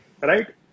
Right